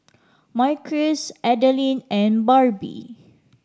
Marquis Adalyn and Barbie